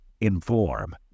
Inform